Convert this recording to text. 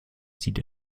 zieht